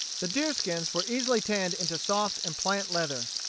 the deerskins were easily tanned into soft and pliant leather.